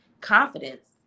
confidence